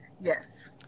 Yes